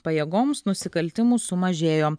pajėgoms nusikaltimų sumažėjo